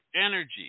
energy